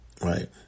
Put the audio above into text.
right